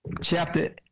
chapter